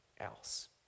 else